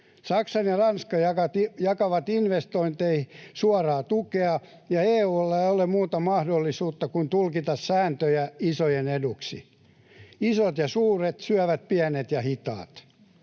Saksa ja Ranska jakavat investointeihin suoraa tukea, ja EU:lla ei ole muuta mahdollisuutta kuin tulkita sääntöjä isojen eduksi. Isot ja suuret syövät pienet ja hitaat.